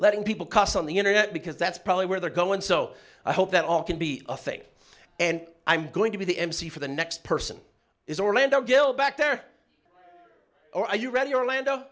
letting people costs on the internet because that's probably where they're going so i hope that all can be a thing and i'm going to be the emcee for the next person is orlando gill back there are you ready orlando